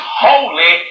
holy